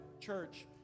church